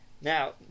Now